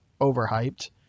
overhyped